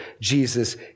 Jesus